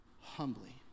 humbly